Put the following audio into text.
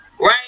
right